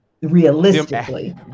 Realistically